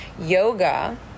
Yoga